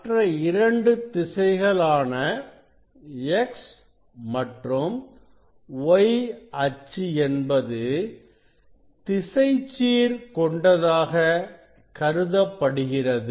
மற்ற இரண்டு திசைகள் ஆன X மற்றும் Y என்பது திசைச்சீர் கொண்டதாக கருதப்படுகிறது